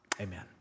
Amen